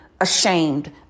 ashamed